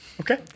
Okay